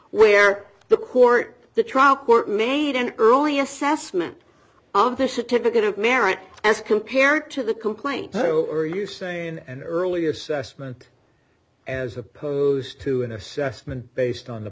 where the court the trial court made an early assessment of the certificate of merit as compared to the complaint are you saying an early assessment as opposed to an assessment based on the